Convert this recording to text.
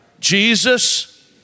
Jesus